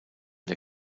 der